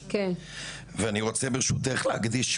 ואני רוצה ברשותך להקדיש,